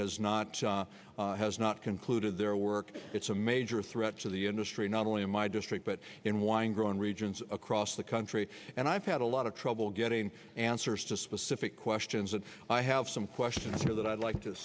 not has not concluded their work it's a major threat to the industry not only in my district but in wine growing regions across the country and i've had a lot of trouble getting answers to specific questions and i have some questions here that i'd like to